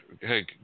hey